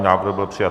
Návrh byl přijat.